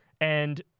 And-